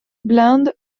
bland